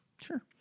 Sure